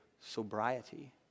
sobriety